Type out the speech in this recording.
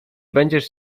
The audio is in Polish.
będziesz